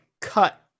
cut